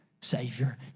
Savior